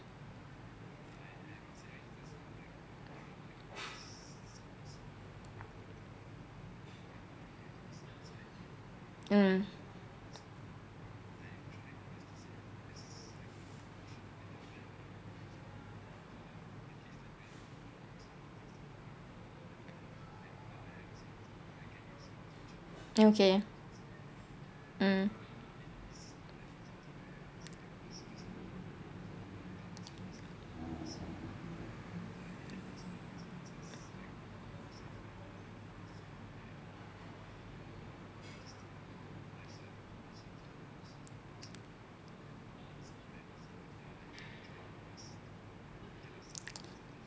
mm okay mm